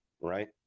right